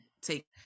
take